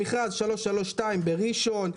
למכרז 332 בראשון,